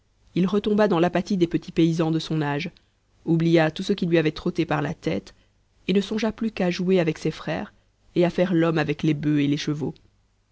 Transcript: il retomba dans l'apathie des petits paysans de son âge oublia tout ce qui lui avait trotté par la tête et ne songea plus qu'à jouer avec ses frères et à faire l'homme avec les bufs et les chevaux